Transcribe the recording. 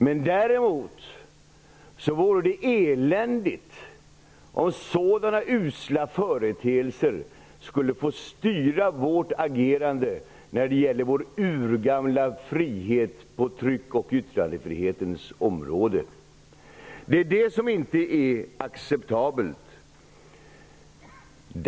Men däremot vore det eländigt om sådana usla företeelser skulle få styra vårt agerande när det gäller vår urgamla frihet på tryck och yttrandefrihetens område. Det är detta som inte är acceptabelt.